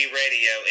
radio